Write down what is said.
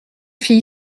fille